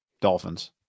Dolphins